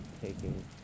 taking